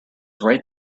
right